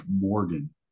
Morgan